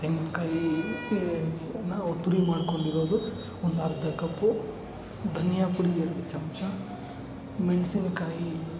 ತೆಂಗಿನ ಕಾಯಿ ತುರಿ ನಾವು ತುರಿ ಮಾಡಿಕೊಂಡಿರೋದು ಒಂದು ಅರ್ಧ ಕಪ್ಪು ಧನಿಯಾ ಪುಡಿ ಎರಡು ಚಮಚ ಮೆಣಸಿನಕಾಯಿ